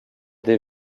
des